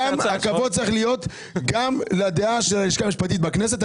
הכבוד צריך להיות גם לדעה של הלשכה המשפטית בכנסת.